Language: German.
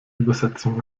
übersetzung